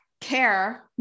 care